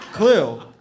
clue